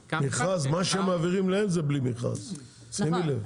מכרז, מה שהם מעבירים להם זה בלי מכרז, שימי לב.